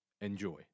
Enjoy